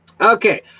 okay